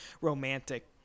romantic